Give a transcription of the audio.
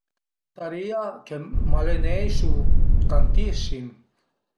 Ëntarìa che m'aleneisu tantisim